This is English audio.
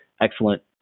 excellent